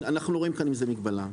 אנו לא רואים בזה מגבלה.